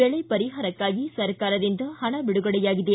ಬೆಳೆ ಪರಿಹಾರಕ್ಷಾಗಿ ಸರ್ಕಾರದಿಂದ ಪಣ ಬಿಡುಗಡೆಯಾಗಿದೆ